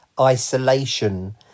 isolation